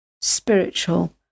spiritual